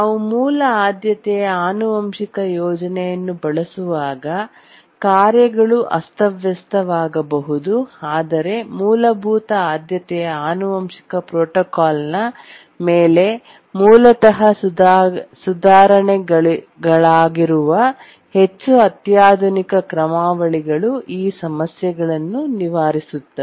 ನಾವು ಮೂಲ ಆದ್ಯತೆಯ ಆನುವಂಶಿಕ ಯೋಜನೆಯನ್ನು ಬಳಸುವಾಗ ಕಾರ್ಯಗಳು ಅಸ್ತವ್ಯಸ್ತವಾಗಬಹುದು ಆದರೆ ಮೂಲಭೂತ ಆದ್ಯತೆಯ ಆನುವಂಶಿಕ ಪ್ರೋಟೋಕಾಲ್ನ ಮೇಲೆ ಮೂಲತಃ ಸುಧಾರಣೆಗಳಾಗಿರುವ ಹೆಚ್ಚು ಅತ್ಯಾಧುನಿಕ ಕ್ರಮಾವಳಿಗಳು ಈ ಸಮಸ್ಯೆಗಳನ್ನು ನಿವಾರಿಸುತ್ತವೆ